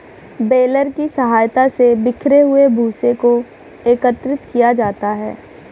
baler की सहायता से बिखरे हुए भूसे को एकत्रित किया जाता है